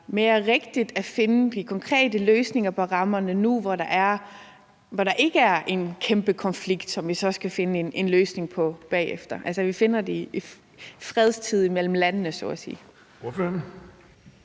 mere rigtigt at finde de konkrete løsninger eller de rigtige rammer nu, hvor der ikke er en kæmpe konflikt, som vi så skal finde en løsning på bagefter – at vi altså så at sige finder den i fredstid mellem landene? Kl.